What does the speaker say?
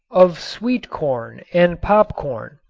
of sweet corn and popcorn.